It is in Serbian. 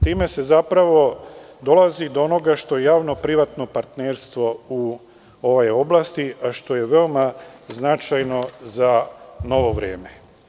Time se zapravo dolazi do onoga što je javno-privatno partnerstvo u ovoj oblasti, a što je veoma značajno za novo vreme.